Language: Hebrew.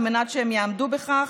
על מנת שהם יעמדו בכך.